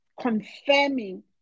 confirming